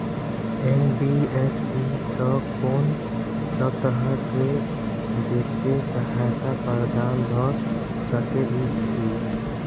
NBFC स कोन सब तरह के वित्तीय सहायता प्रदान भ सके इ? इ